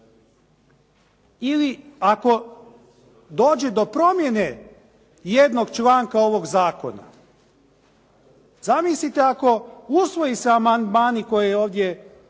ili ako dođe do promjene jednog članka ovog zakona, zamislite ako usvoje se amandmani koje je ovdje